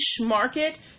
market